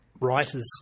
writers